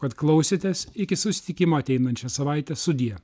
kad klausėtės iki susitikimo ateinančią savaitę sudie